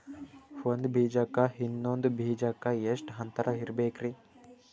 ಒಂದ್ ಬೀಜಕ್ಕ ಇನ್ನೊಂದು ಬೀಜಕ್ಕ ಎಷ್ಟ್ ಅಂತರ ಇರಬೇಕ್ರಿ?